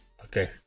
okay